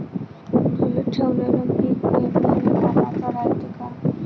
ढोलीत ठेवलेलं पीक पेरनीले कामाचं रायते का?